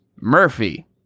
Murphy